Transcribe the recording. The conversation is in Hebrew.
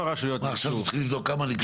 עכשיו תתחיל לבדוק כמה ניגשו?